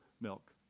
milk